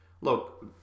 look